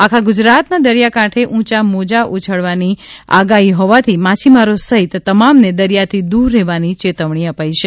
આખા ગુજરાતના દરિયાકાંઠે ઉંચા મોજા ઉછળવાની આગાહી હોવાથી માછીમારો સહિત તમામને દરિયાથી દૂર રહેવાની ચેતવણી અપાઇ છે